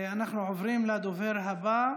אנחנו עוברים לדובר הבא,